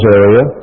area